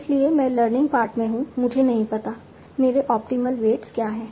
इसलिए मैं learning part में हूं मुझे नहीं पता मेरे ऑप्टिमल वेट्स क्या हैं